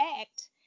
act